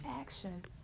action